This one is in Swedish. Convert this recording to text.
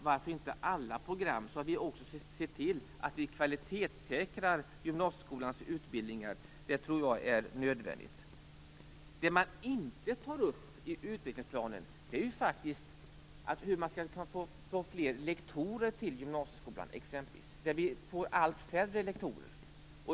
Varför kan det inte gälla alla program, så att gymnasieskolans utbildningar blir kvalitetssäkrade? Jag tror att det är nödvändigt. Det som inte tas upp i utbildningsplanen är hur man skall få exempelvis fler lektorer till gymnasieskolan. Det blir allt färre lektorer.